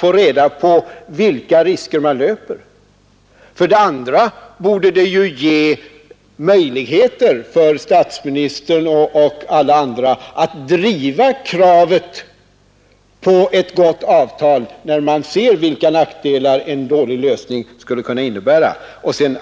blir upplyst om vilka risker Sverige löper. För det andra borde det ges möjligheter för statsministern och alla andra att driva kravet på ett bättre avtal, när man genom denna sakliga granskning ser vilka nackdelar en dålig lösning skulle innebära.